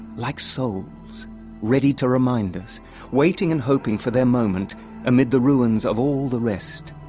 like souls ready to remind us, waiting and hoping for their moment amid the ruins of all the rest.